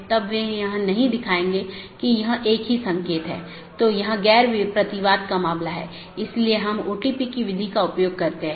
अब एक नया अपडेट है तो इसे एक नया रास्ता खोजना होगा और इसे दूसरों को विज्ञापित करना होगा